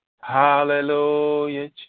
Hallelujah